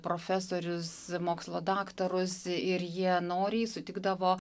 profesorius mokslo daktarus ir jie noriai sutikdavo